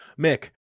Mick